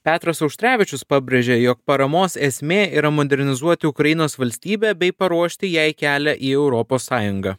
petras auštrevičius pabrėžė jog paramos esmė yra modernizuoti ukrainos valstybę bei paruošti jai kelią į europos sąjungą